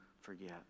forget